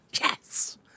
Yes